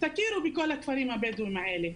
תכירו בכל הכפרים הבדואים האלה.